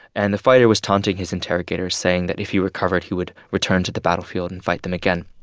and the fighter was taunting his interrogators, saying that if he recovered, he would return to the battlefield and fight them again.